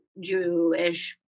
Jewish